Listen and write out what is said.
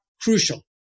crucial